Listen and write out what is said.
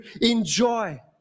enjoy